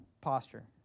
posture